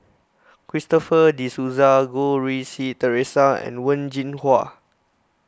Christopher De Souza Goh Rui Si theresa and Wen Jinhua